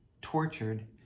tortured